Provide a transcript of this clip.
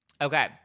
Okay